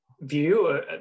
view